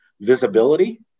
visibility